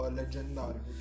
leggendario